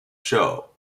show